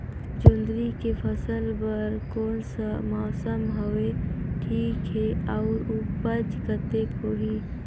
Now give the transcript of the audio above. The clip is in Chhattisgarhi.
जोंदरी के फसल बर कोन सा मौसम हवे ठीक हे अउर ऊपज कतेक होही?